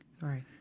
Right